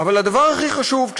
אבל הדבר הכי חשוב,